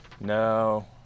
no